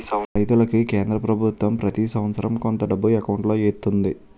రైతులకి కేంద్ర పభుత్వం ప్రతి సంవత్సరం కొంత డబ్బు ఎకౌంటులో ఎత్తంది